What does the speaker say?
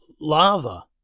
Lava